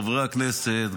חברי הכנסת,